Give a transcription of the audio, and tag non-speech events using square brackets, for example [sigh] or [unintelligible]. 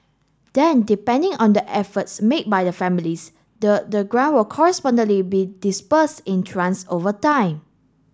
then depending on the efforts made by the families the the grant will correspondingly be disbursed in [unintelligible] over time